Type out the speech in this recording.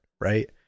Right